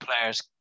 players